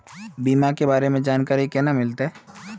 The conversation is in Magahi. बीमा के बारे में जानकारी केना मिलते?